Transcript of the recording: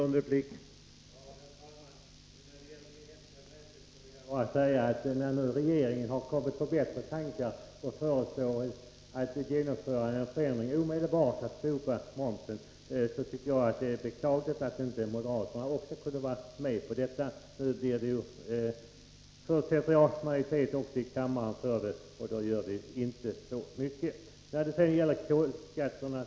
Herr talman! När regeringen nu har kommit på bättre tankar och föreslår att momsen på inhemska bränslen omedelbart slopas tycker jag det är beklagligt att moderaterna inte har kunnat vara med på detta. Men det gör ju inte så mycket eftersom det, förutsätter jag, ändå finns majoritet i kammaren för det förslaget.